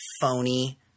phony